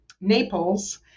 Naples